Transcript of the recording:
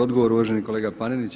Odgovor uvaženi kolega Panenić.